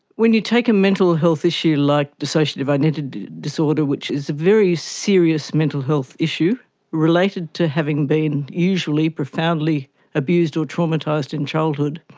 when you take a mental health issue like dissociative identity disorder, which is a very serious mental health issue related to having been usually profoundly abused or traumatised in childhood,